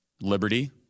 liberty